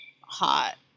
hot